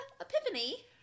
epiphany